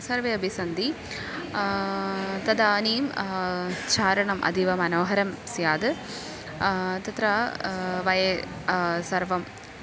सर्वे अपि सन्ति तदानीं चारणम् अतीवमनोहरं स्यात् तत्र वयं सर्वं